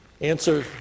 Answer